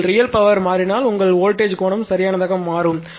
அதில் real power மாறினால் உங்கள் வோல்டேஜ் கோணம் சரியானதாக மாறும்